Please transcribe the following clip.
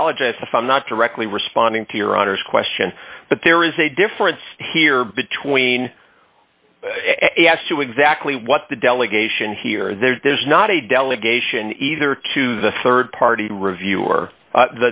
apologize if i'm not directly responding to your honor's question but there is a difference here between as to exactly what the delegation here there's not a delegation either to the rd party review or